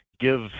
give